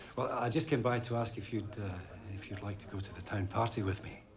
well, i just came by to ask if you'd if you'd like to go to the town party with me?